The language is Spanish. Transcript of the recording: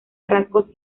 rasgos